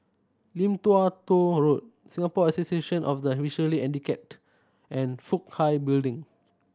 Lim Tua Tow Road Singapore Association of the Visually Handicapped and Fook Hai Building